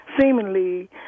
seemingly